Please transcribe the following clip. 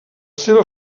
seva